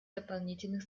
дополнительных